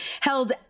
held